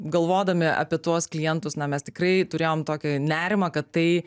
galvodami apie tuos klientus na mes tikrai turėjom tokį nerimą kad tai